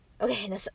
okay